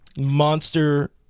Monster